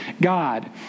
God